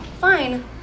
Fine